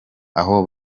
aho